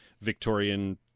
Victorian